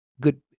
good